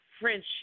friendship